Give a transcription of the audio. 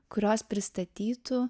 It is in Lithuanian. kurios pristatytų